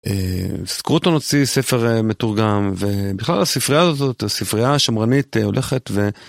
סקרוטון הוציא ספר מתורגם, ובכלל הספרייה הזאת, הספרייה השמרנית הולכת ו...